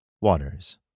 Waters